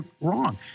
wrong